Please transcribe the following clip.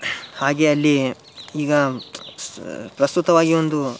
ಹಾಗೆ ಅಲ್ಲಿ ಈಗ ಪ್ರಸ್ತುತವಾಗಿ ಒಂದು